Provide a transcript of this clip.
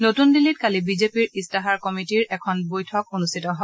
নতুন দিল্লীত কালি বিজেপিৰ ইস্তাহাৰ কমিটীৰ এখন বৈঠক অনুষ্ঠিত হয়